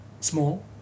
Small